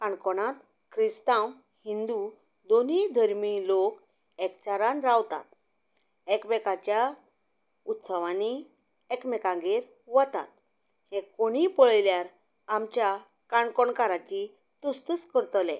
काणकोणांत क्रिस्तांव हिंदू दोनूय धर्मी लोक एकचारान रावता एकमेकाच्या उत्सवांनी एकमेकांगेर वता कोणूय पळयल्यार आमच्या काणकोणाची तुस्तूच करतले